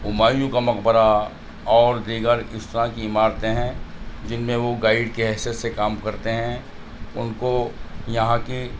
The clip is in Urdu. ہمایوں کا مقبرہ اور دیگر اس طرح کی عمارتیں ہیں جن میں وہ گائیڈ کی حیثیت سے کام کرتے ہیں ان کو یہاں کی